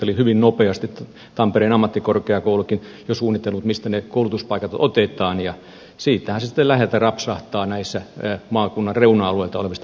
eli hyvin nopeasti on tampereen ammattikorkeakoulukin jo suunnitellut mistä ne koulutuspaikat otetaan ja siitähän se sitten läheltä rapsahtaa näistä maakunnan reuna alueilla olevista pisteistä